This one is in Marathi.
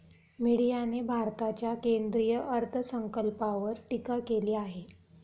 मीडियाने भारताच्या केंद्रीय अर्थसंकल्पावर टीका केली आहे